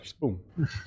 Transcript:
Boom